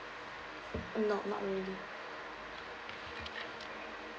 not not really